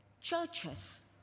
churches